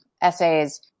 essays